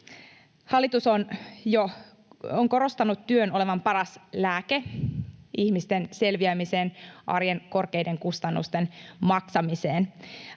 Hallitus on korostanut työn olevan paras lääke ihmisten selviämiseen arjen korkeiden kustannusten maksamisesta.